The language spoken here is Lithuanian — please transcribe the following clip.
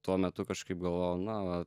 tuo metu kažkaip galvojau na vat